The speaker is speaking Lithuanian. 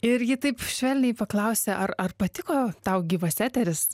ir ji taip švelniai paklausė ar ar patiko tau gyvas eteris